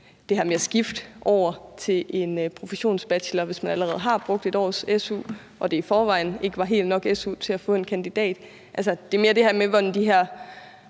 det her med at skifte over til en professionsbachelor, hvis man allerede har brugt 1 års su og det i forvejen ikke var helt nok su til at få en kandidat. Altså, det er mere det her med, hvordan de her